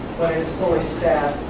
is fully staffed,